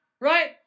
right